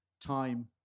Time